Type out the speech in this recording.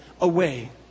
away